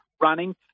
running